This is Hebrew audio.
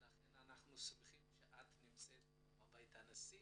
לכן אנחנו שמחים שאת נמצאת בבית הנשיא